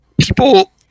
people